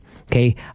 okay